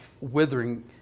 withering